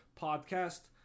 podcast